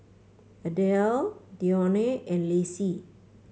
Adell Dionne and Lacy